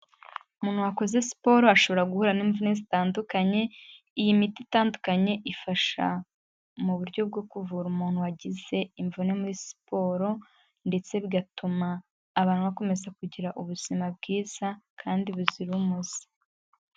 Umuntu wakoze siporo ashobora guhura n'imvune zitandukanye, iyi miti itandukanye ifasha mu buryo bwo kuvura umuntu wagize imvune muri siporo, ndetse bigatuma abantu bakomeza kugira ubuzima bwiza kandi buzira umuze.